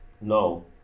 No